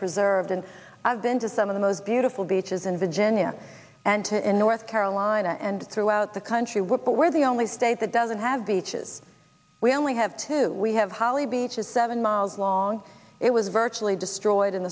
preserved and i've been to some of the most beautiful beaches in virginia and to in north carolina and throughout the country work but we're the only state that doesn't have beaches we only have two we have holly beaches seven miles long it was virtually destroyed